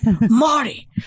Marty